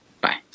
Bye